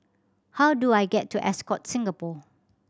how do I get to Ascott Singapore